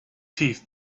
teeth